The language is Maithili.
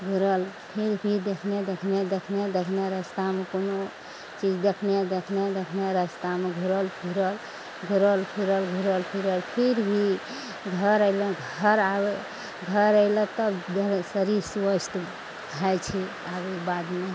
घुरल फिर भी देखने देखने देखने रास्तामे कोनो चीज देखने देखने देखने रास्तामे घुरल फिरल घुरल फिरल घुरल फिरल फिर भी घर अइलहुँ घर आबय घर अयलक तब शरीर स्वस्थ होइ छै आबयके बादमे